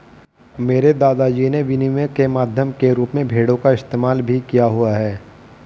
मेरे दादा जी ने विनिमय के माध्यम के रूप में भेड़ों का इस्तेमाल भी किया हुआ है